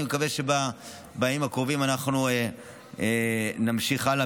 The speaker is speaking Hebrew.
אני מקווה שבימים הקרובים נמשיך הלאה,